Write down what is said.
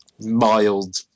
mild